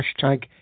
hashtag